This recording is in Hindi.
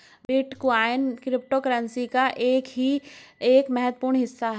बिटकॉइन क्रिप्टोकरेंसी का ही एक महत्वपूर्ण हिस्सा है